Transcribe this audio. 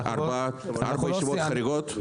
ארבע ישיבות חריגות?